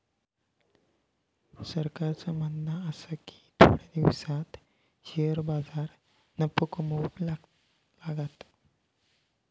सरकारचा म्हणणा आसा की थोड्या दिसांत शेअर बाजार नफो कमवूक लागात